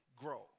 grow